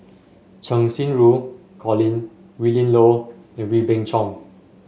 Cheng Xinru Colin Willin Low and Wee Beng Chong